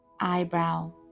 Eyebrow